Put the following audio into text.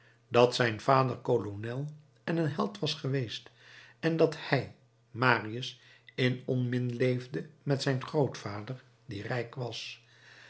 dat zijn vader kolonel en een held was geweest en dat hij marius in onmin leefde met zijn grootvader die rijk was